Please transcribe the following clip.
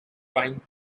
trying